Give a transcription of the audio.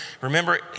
remember